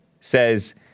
says